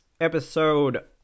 episode